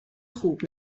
خوب